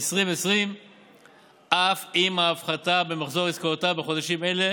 2020 אף אם ההפחתה במחזור עסקאותיו בחודשים אלה